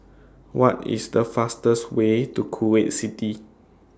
What IS The fastest Way to Kuwait City